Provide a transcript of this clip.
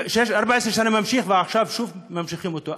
14 שנה נמשכה, ועכשיו שוב ממשיכים אותה.